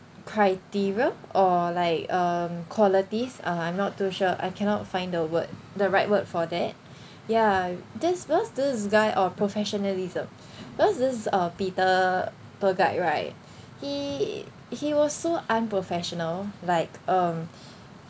criteria or like um qualities uh I'm not too sure I cannot find the word the right word for that ya that's because this guy oh professionalism because this uh peter tour guide right he he was so unprofessional like um